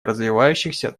развивающихся